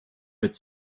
its